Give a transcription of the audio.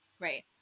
Right